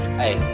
hey